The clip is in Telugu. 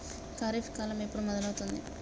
ఖరీఫ్ కాలం ఎప్పుడు మొదలవుతుంది?